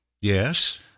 Yes